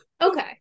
Okay